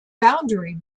boundary